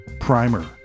primer